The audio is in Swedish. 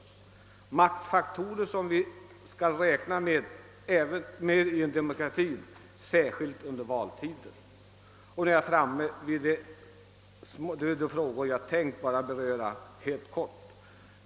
Detta är maktfaktorer som vi bör räkna med i en demokrati — särskilt under valtider. Nu är jag framme vid de frågor jag tänkt beröra i höstens remissdebatt.